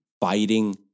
fighting